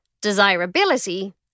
desirability